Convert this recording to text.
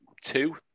two